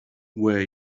where